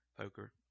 poker